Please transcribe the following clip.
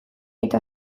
eta